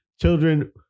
children